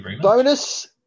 Bonus